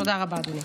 תודה רבה, אדוני.